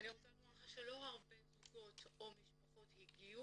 ואני רוצה לומר לך שלא הרבה זוגות או משפחות הגיעו.